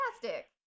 fantastic